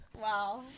Wow